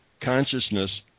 consciousness